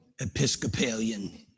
Episcopalian